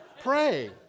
pray